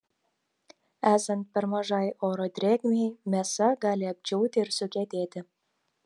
esant per mažai oro drėgmei mėsa gali apdžiūti ir sukietėti